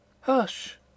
Hush